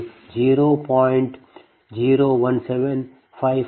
01755 p